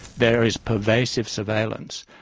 there is pervasive surveillance,